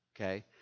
okay